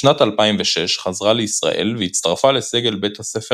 בשנת 2006 חזרה לישראל והצטרפה לסגל בית הספר